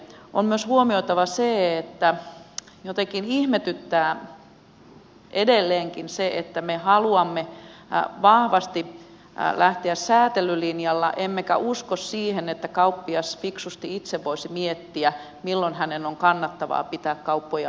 on myös huomioitava se että jotenkin ihmetyttää edelleenkin se että me haluamme vahvasti lähteä säätelylinjalla emmekä usko siihen että kauppias fiksusti itse voisi miettiä milloin hänen on kannattavaa pitää kauppojaan auki